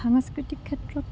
সাংস্কৃতিক ক্ষেত্ৰত